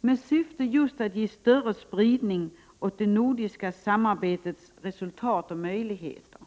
med syfte att ge större spridning åt det nordiska samarbetets resultat och möjligheter.